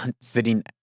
sitting